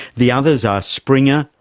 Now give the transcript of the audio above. the others are springer,